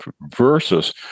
versus